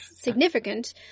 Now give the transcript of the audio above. significant